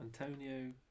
Antonio